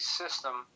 system